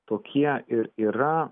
tokie ir yra